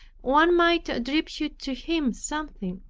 one might attribute to him something